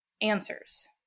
answers